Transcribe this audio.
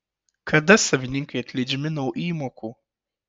kada savininkai atleidžiami nuo įmokų